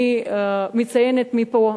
אני מציינת מפה,